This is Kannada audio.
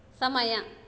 ಸಮಯ